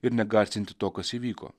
ir negąsdinti to kas įvyko